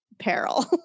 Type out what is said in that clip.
peril